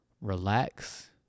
relax